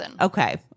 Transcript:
Okay